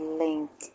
link